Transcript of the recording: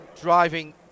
driving